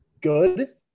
good